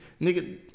nigga